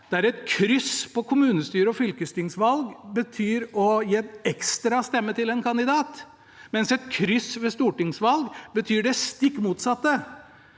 der et kryss ved kommunestyre- og fylkestingsvalg betyr å gi en ekstra stemme til en kandidat, mens et kryss ved stortingsvalg betyr det stikk motsatte.